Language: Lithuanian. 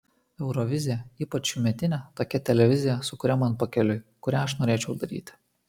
eurovizija ypač šiųmetinė tokia televizija su kuria man pakeliui kurią aš norėčiau daryti